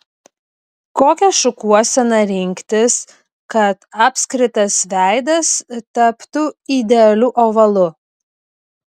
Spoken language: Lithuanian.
kokią šukuoseną rinktis kad apskritas veidas taptų idealiu ovalu